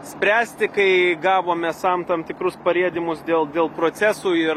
spręsti kai gavome sam tam tikrus parėdimus dėl dėl procesų ir